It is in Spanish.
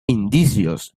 indicios